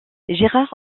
gérard